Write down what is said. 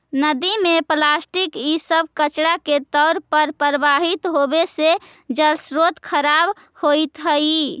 नदि में प्लास्टिक इ सब कचड़ा के तौर पर प्रवाहित होवे से जलस्रोत खराब होइत हई